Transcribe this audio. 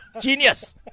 genius